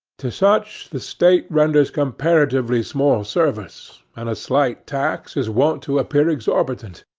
to such the state renders comparatively small service, and a slight tax is wont to appear exorbitant,